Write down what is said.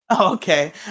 Okay